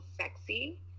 sexy